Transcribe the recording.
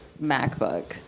MacBook